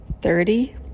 thirty